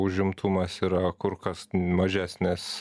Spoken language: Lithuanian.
užimtumas yra kur kas mažesnes